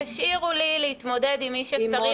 תשאירו לי להתמודד עם מי שצריך.